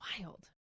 Wild